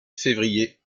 février